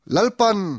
Lalpan